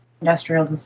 industrial